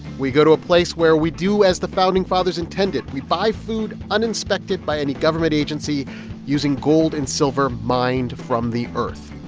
we go to a place where we do as the founding fathers intended. we buy food uninspected by any government agency using gold and silver mined from the earth.